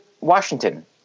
Washington